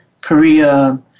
Korea